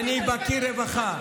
אני בקיא ברווחה.